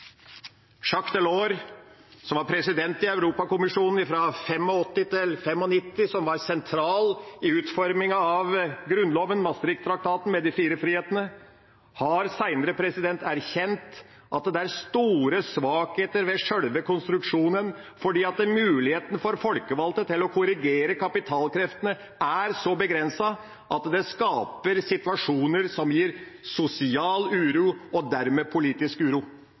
Jacques Delors, som var president i Europakommisjonen fra 1985 til 1995, og som var sentral i utformingen av grunnloven, Maastricht-traktaten med de fire frihetene, har senere erkjent at det er store svakheter ved sjølve konstruksjonen, fordi mulighetene for folkevalgte til å korrigere kapitalkreftene er så begrensede at det skaper situasjoner som gir sosial uro – og dermed politisk uro.